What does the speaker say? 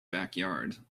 backyard